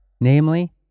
namely